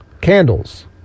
Candles